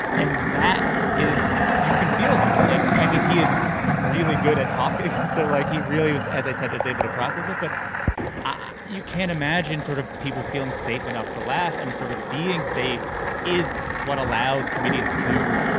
and that is you can feel that like. i mean, he is really good at talking. so, like, he really was, as i said, is able to process it. but you can't imagine sort of people feeling safe enough to laugh and sort of being safe is what allows comedians to,